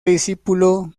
discípulo